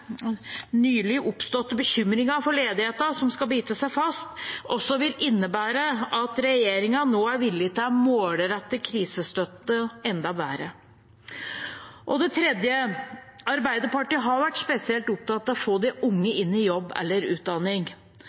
nylig oppståtte bekymringen for at ledigheten skal bite seg fast, også vil innebære at regjeringen nå er villig til å målrette krisestøtten enda bedre. For det tredje: Arbeiderpartiet har vært spesielt opptatt av å få de unge inn i jobb eller utdanning.